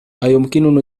أيمكنني